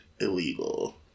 illegal